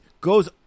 goes